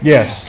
Yes